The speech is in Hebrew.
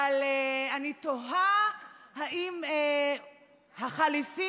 אבל אני תוהה האם החליפי,